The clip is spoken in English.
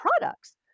products